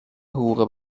حقوق